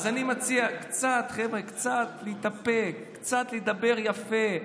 אז אני מציע, חבר'ה, קצת להתאפק, קצת לדבר יפה.